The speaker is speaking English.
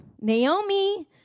Naomi